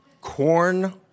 Corn